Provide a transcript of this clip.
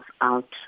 out